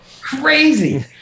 Crazy